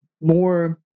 more